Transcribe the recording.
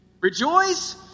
Rejoice